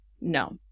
no